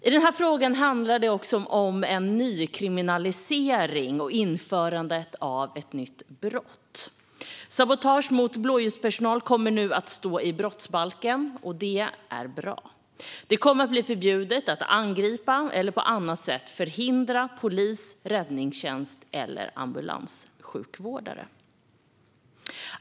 I den här frågan handlar det också om en nykriminalisering och införandet av ett nytt brott. Sabotage mot blåljuspersonal kommer nu att stå i brottsbalken, och det är bra. Det kommer att bli förbjudet att angripa eller på annat sätt hindra polis, räddningstjänst och ambulanssjukvårdare.